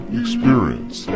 experience